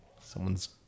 Someone's